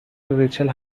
ریچل